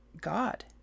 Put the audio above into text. god